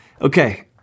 Okay